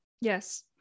Yes